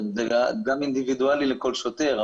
זה גם אינדיבידואלי לכל שוטר,